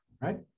Right